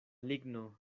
ligno